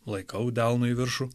laikau delnu į viršų